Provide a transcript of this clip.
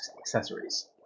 accessories